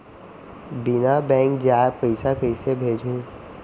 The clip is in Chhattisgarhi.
बिना बैंक जाये पइसा कइसे भेजहूँ?